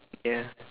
ya